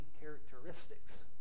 characteristics